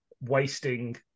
wasting